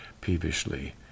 peevishly